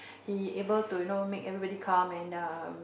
he able to know make everybody calm and uh